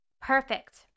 perfect